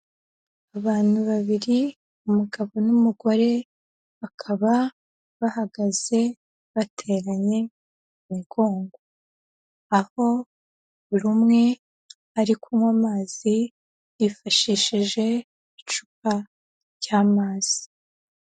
Abantu babiri umugabo n'umugore bakaba bahagaze bateranye imigongo, aho buri umwe ari kunywa amazi yifashishije icupa ry'amazi.